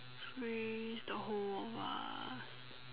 freeze the whole of us